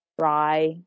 try